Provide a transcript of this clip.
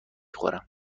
خورم